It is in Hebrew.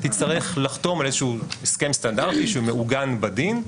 תצטרך לחתום על איזה שהוא הסכם סטנדרטי שהוא מעוגן בדין,